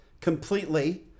completely